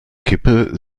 kippe